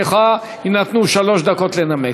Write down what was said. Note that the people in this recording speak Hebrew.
לך יינתנו שלוש דקות לנמק.